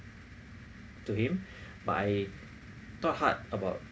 to him but I thought hard about